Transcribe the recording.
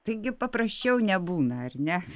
taigi paprasčiau nebūna ar ne